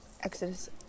exodus –